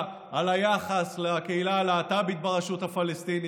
על היחס לקהילה הלהט"בית ברשות הפלסטינית.